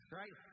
right